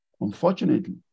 Unfortunately